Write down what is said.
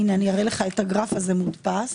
אראה לכם את הגרף הזה מודפס.